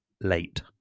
late